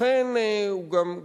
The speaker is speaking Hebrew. ולכן אני אומר גם לך,